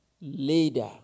leader